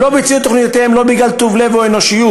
הם לא ביצעו את תוכניותיהם לא בגלל טוב לב או אנושיות,